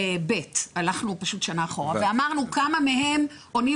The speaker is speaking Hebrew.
הלכנו פשוט שנה אחורה ואמרנו כמה מהם עונים